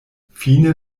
fine